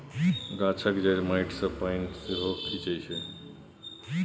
गाछक जड़ि माटी सँ पानि सेहो खीचई छै